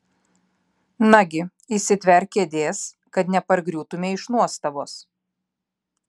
nagi įsitverk kėdės kad nepargriūtumei iš nuostabos